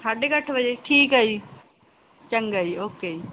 ਸਾਢੇ ਕੁ ਅੱਠ ਵਜੇ ਠੀਕ ਐ ਹੈ ਚੰਗਾ ਜੀ ਓਕੇ ਜੀ